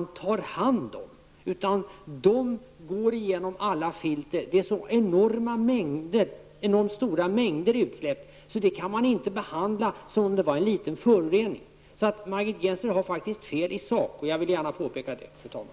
att ta hand om. Dessa utsläpp går igenom alla filter. Det rör sig om så enormt stora mängder utsläpp att de inte går att behandla som en liten förorening. Margit Gennser har faktiskt fel i sak, och det var det jag ville påpeka.